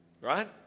Right